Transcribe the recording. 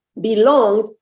belonged